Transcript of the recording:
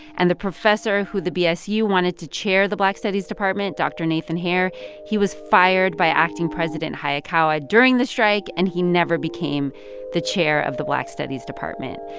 and the professor who the bsu wanted to chair the black studies department dr. nathan hare he was fired by acting president hayakawa during the strike, and he never became the chair of the black studies department.